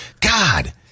God